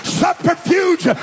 subterfuge